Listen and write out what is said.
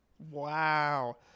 Wow